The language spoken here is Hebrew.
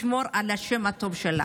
לשמור על השם הטוב שלה.